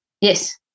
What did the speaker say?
Yes